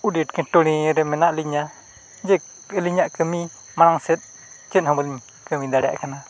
ᱟᱹᱰᱤ ᱮᱴᱠᱮᱴᱚᱬᱮ ᱨᱮ ᱢᱮᱱᱟᱜ ᱞᱤᱧᱟ ᱡᱮ ᱟᱹᱞᱤᱧᱟᱜ ᱠᱟᱹᱢᱤ ᱢᱟᱲᱟᱝ ᱥᱮᱫ ᱪᱮᱫ ᱦᱚᱸ ᱵᱟᱹᱞᱤᱧ ᱠᱟᱹᱢᱤ ᱫᱟᱲᱮᱭᱟᱜ ᱠᱟᱱᱟ